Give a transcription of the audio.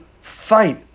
fight